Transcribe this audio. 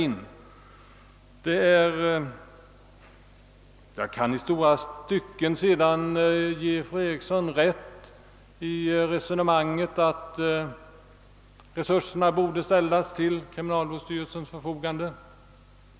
Jag kan sedan i långa stycken ge fru Eriksson rätt i resonemanget om att resurserna borde ställas till kriminalvårdsstyrelsens förfogande.